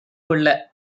கொள்ள